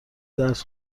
درس